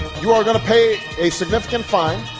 you are going to pay a significant fine,